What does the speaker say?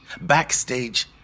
backstage